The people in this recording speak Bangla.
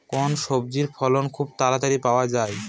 কোন সবজির ফলন খুব তাড়াতাড়ি পাওয়া যায়?